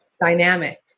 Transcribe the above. dynamic